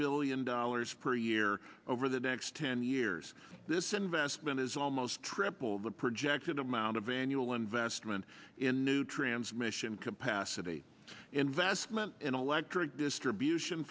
billion dollars per year over the next ten years this investment is almost triple the projected amount of annual investment in new transmission capacity investment in electric distribution